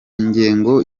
ngengo